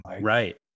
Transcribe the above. Right